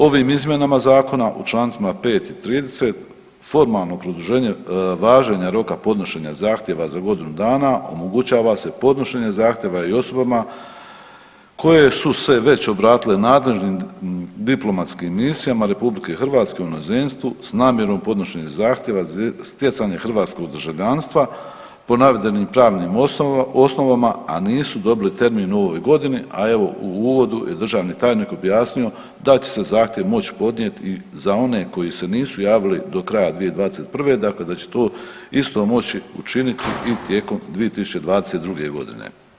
Ovim izmjenama zakona u čl. 5. i 30. formalno produženje važenja roka podnošenja zahtjeva za godinu dana omogućava se podnošenjem zahtjeva i osobama koje su se već obratile nadležnim diplomatskim misijama RH u inozemstvu s namjerom podnošenja zahtjeva stjecanja hrvatskog državljanstva po navedenim pravnim osnovama, a nisu dobili termin u ovoj godini, a evo u uvodnu je državni tajnik objasnio da će se zahtjev moći podnijeti i za one koji se nisu javili do kraja 2021., dakle da će to isto moći učiniti i tijekom 2022. godine.